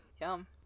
Yum